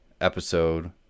episode